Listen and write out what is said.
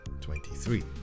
23